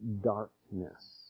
darkness